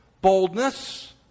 boldness